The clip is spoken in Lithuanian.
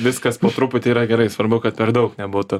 viskas po truputį yra gerai svarbu kad per daug nebūtų